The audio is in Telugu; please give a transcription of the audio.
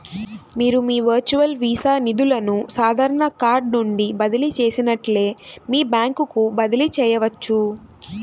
మీరు మీ వర్చువల్ వీసా నిధులను సాధారణ కార్డ్ నుండి బదిలీ చేసినట్లే మీ బ్యాంకుకు బదిలీ చేయవచ్చు